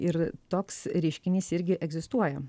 ir toks reiškinys irgi egzistuoja